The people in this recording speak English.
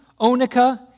onica